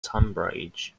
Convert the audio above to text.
tunbridge